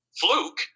fluke